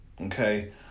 okay